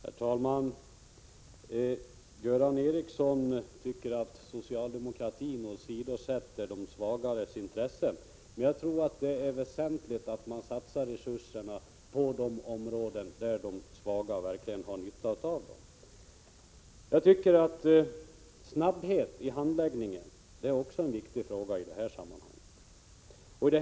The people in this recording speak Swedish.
Herr talman! Göran Ericsson tycker att socialdemokratin åsidosätter de svagas intressen. Jag tror emellertid att det är väsentligt att man satsar resurserna på de områden där de svaga verkligen har nytta av dem. Snabbhet i handläggningen är också en viktig fråga i detta sammanhang.